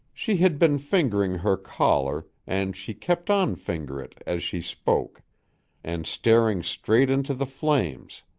she had been fingering her collar and she kept on fingering it as she spoke and staring straight into the flames,